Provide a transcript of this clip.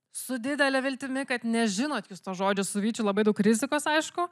su didele viltimi kad nežinot jūs to žodžio su vyčiu labai daug rizikos aišku